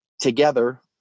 together